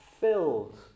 filled